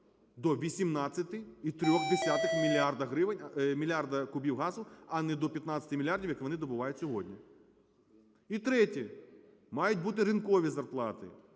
мільярдів кубів газу, а не до 15 мільярдів, як вони добувають сьогодні. І третє. Мають бути ринкові зарплати,